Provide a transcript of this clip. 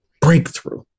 breakthrough